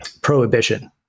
prohibition